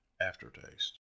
aftertaste